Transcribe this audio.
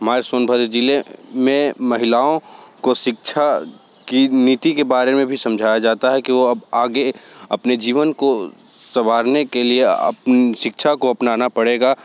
हमारे सोनभद्र ज़िले में महिलाओं को शिक्षा की नीति के बारे में भी समझाया जाता है कि वह अब आगे अपने जीवन को सँवारने के लिए अपनी शिक्षा को अपनाना पड़ेगा जो